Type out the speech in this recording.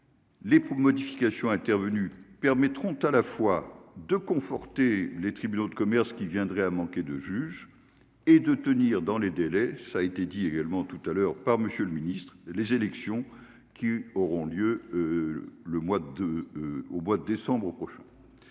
poules modifications intervenues permettront à la fois de conforter les tribunaux de commerce qui viendrait à manquer de juges et de tenir dans les délais, ça a été dit également tout à l'heure par monsieur le Ministre, les élections qui auront lieu le mois de au mois de décembre prochain,